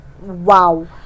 wow